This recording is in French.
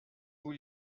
vous